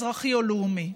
אזרחי או לאומי.